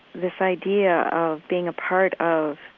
this idea of being a part of